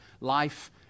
Life